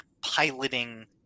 piloting